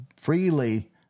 freely